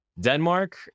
denmark